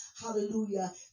hallelujah